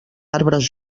arbres